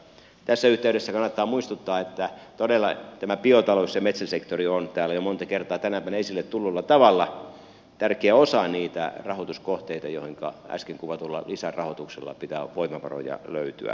tässä yhteydessä kannattaa muistuttaa että todella tämä biotalous ja metsäsektori ovat täällä monta kertaa tänä päivänä jo esille tulleella tavalla tärkeä osa niitä rahoituskohteita joihinka äsken kuvatulla lisärahoituksella pitää voimavaroja löytyä